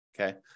okay